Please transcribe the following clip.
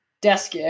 desk